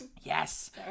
Yes